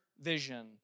vision